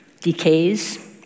decays